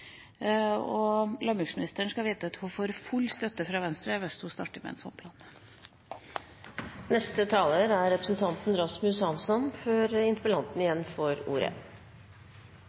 Landbruksministeren skal vite at hun får full støtte fra Venstre hvis hun starter med en sånn plan.